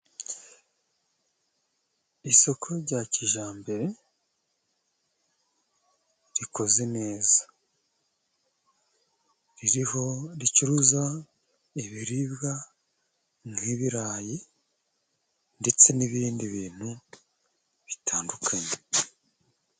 Isoko rya kijambere rikoze neza, ririho ricuruza ibiribwa nk'ibirayi ndetse n'ibindi bintu bitandukanye.